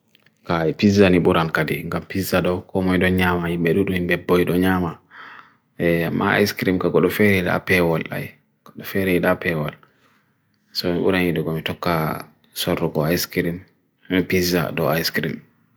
gai pizza ni buran kadi, gai pizza do komo idon nyama, iberudu himbe boi idon nyama e ma ice cream ka golu ferre da paywall ay, golu ferre da paywall so iberudu komi tokka sorru go ice cream, pizza do ice cream